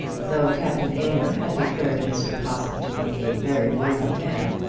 though captain aylmer had declared mr. possitt to be a very worthy man,